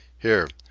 here,